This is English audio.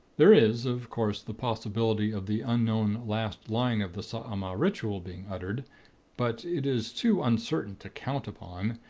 there is, of course, the possibility of the unknown last line of the saaamaaa ritual being uttered but it is too uncertain to count upon,